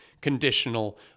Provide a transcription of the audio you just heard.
conditional